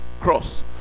cross